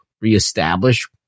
reestablish